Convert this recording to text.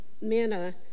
manna